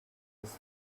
was